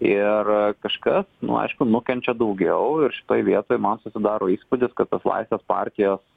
ir kažkas nu aišku nukenčia daugiau ir šitoj vietoj man susidaro įspūdis kad tas laisvės partijos